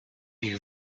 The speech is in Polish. ich